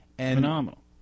Phenomenal